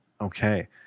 Okay